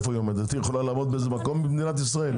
יכולה לעמוד באיזה מקום במדינת ישראל?